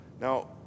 Now